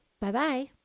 Bye-bye